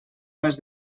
més